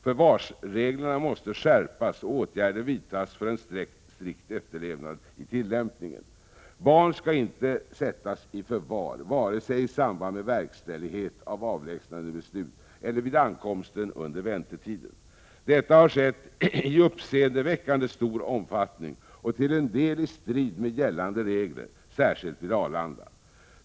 Förvarsreglerna måste skärpas och åtgärder vidtas för en strikt efterlevnad i tillämpningen. Barn skall inte sättas i förvar, vare sig i samband med verkställighet av avlägsnandebeslut eller vid ankomsten och under väntetiden. Detta har skett i uppseendeväckande stor omfattning och till en del i strid med gällande regler, särskilt vid Arlanda.